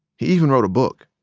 he even wrote a book.